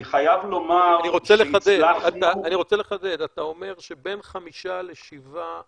אני רוצה לחדד: אתה אומר שבין 5% ל-7%